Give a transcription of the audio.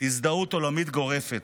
הזדהות עולמית גורפת,